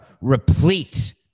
replete